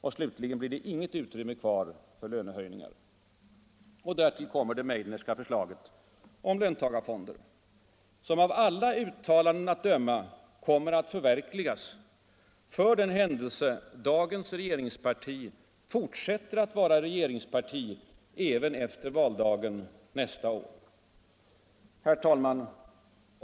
Och slutligen blir det inget ut Därtill kommer det Meidnerska förslaget om löntagarfonder, som av alla uttalanden att döma kommer att förverkligas för den händelse dagens regeringsparti fortsätter att vara regeringsparti även efter valdagen nästa år. Herr talman!